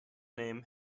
name